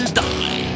die